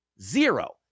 zero